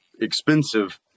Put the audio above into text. expensive